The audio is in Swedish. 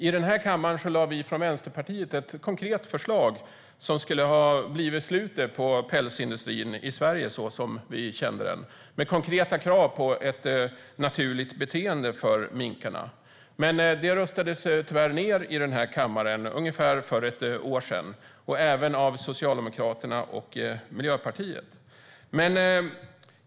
I den här kammaren lade vi från Vänsterpartiet fram ett konkret förslag som skulle ha blivit slutet för pälsindustrin i Sverige så som vi kände den, med konkreta krav på möjlighet till naturligt beteende för minkarna. Men det röstades tyvärr ned i den här kammaren för ungefär ett år sedan - även av Socialdemokraterna och Miljöpartiet.